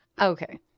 Okay